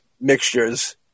mixtures